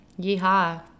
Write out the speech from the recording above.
Yeehaw